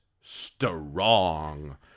strong